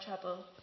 trouble